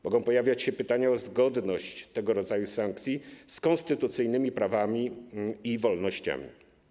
Mogą pojawiać się pytania o zgodność tego rodzaju sankcji z konstytucyjnymi prawami i wolnościami.